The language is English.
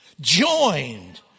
joined